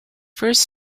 first